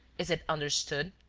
is it understood?